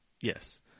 Yes